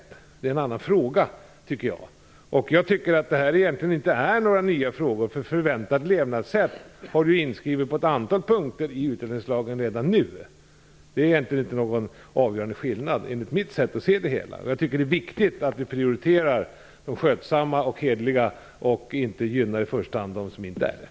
Det är en annan fråga, tycker jag. Jag tycker egentligen inte att det här är några nya frågor. Förväntat levnadssätt är inskrivet på ett antal punkter i utlänningslagen redan nu. Det är egentligen inte någon avgörande skillnad, enligt mitt sätt att se. Jag tycker det är viktigt att vi prioriterar de skötsamma och hederliga och inte i första hand gynnar dem som inte är det.